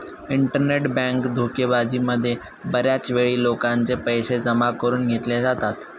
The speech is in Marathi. इंटरनेट बँक धोकेबाजी मध्ये बऱ्याच वेळा लोकांचे पैसे जमा करून घेतले जातात